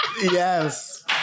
yes